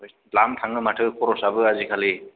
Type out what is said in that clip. द्लाम थाङो माथो खरसाबो आजिखालि